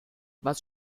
was